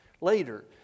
later